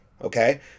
okay